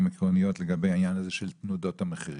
עקרוניות לגבי העניין הזה של תנודות המחירים.